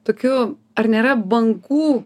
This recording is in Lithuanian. tokiu ar nėra bangų